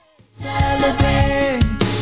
Celebrate